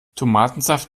tomatensaft